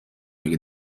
اگه